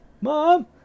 mom